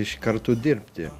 iš karto dirbti